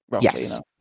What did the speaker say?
Yes